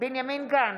בנימין גנץ,